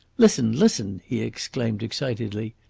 listen! listen! he exclaimed excitedly.